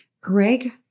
Greg